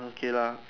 okay lah